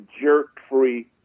jerk-free